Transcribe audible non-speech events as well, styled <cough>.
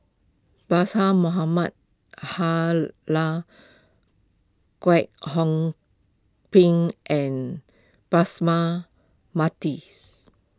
<unintelligible> Kwek Hong Png and <unintelligible> Mathis